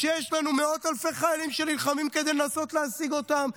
כשיש לנו מאות אלפי חיילים שנלחמים כדי לנסות להשיג אותם?